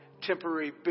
temporary